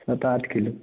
सात आठ किलो